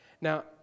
Now